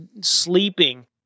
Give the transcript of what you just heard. sleeping